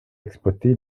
exploiter